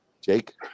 Jake